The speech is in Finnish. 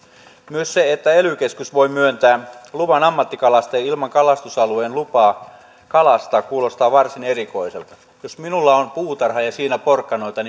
myös se että ely keskus voi myöntää luvan ammattikalastajalle ilman kalastusalueen lupaa kalastaa kuulostaa varsin erikoiselta jos minulla on puutarha ja siinä porkkanoita